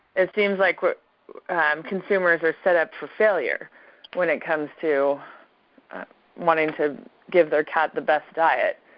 it seems like consumers are set up for failure when it comes to wanting to give their cat the best diet.